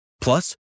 Plus